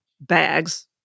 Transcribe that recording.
bags